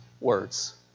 words